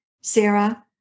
Sarah